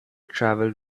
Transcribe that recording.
travelled